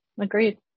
Agreed